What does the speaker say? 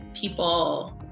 people